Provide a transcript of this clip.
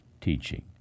teaching